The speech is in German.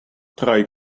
drei